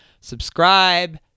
Subscribe